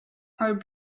are